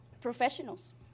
professionals